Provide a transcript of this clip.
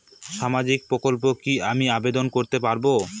সামাজিক প্রকল্পে কি আমি আবেদন করতে পারবো?